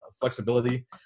flexibility